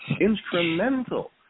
instrumental